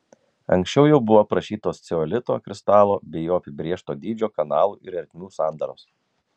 anksčiau jau buvo aprašytos ceolito kristalo bei jo apibrėžto dydžio kanalų ir ertmių sandaros